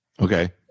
Okay